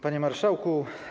Panie Marszałku!